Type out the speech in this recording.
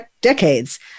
decades